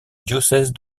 diocèse